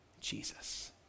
Jesus